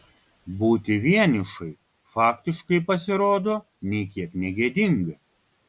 būti vienišai faktiškai pasirodo nė kiek negėdinga